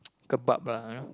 kebab lah you know